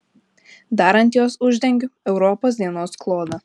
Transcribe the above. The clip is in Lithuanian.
dar ant jos uždengiu europos dienos klodą